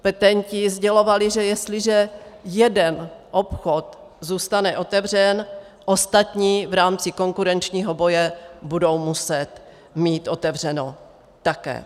Petenti sdělovali, že jestliže jeden obchod zůstane otevřen, ostatní v rámci konkurenčního boje budou muset mít otevřeno také.